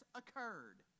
occurred